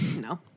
No